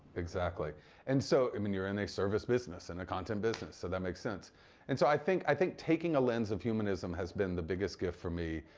exactly and so, i mean you're in a service business, in a content business so that makes sense and so i think i think taking a lens of humanism has been the biggest gift for me.